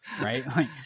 right